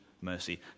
mercy